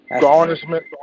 garnishment